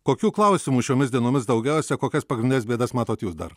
kokių klausimų šiomis dienomis daugiausia kokias pagrindines bėdas matot jūs dar